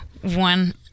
one